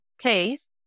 case